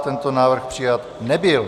Tento návrh přijat nebyl.